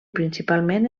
principalment